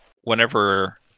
whenever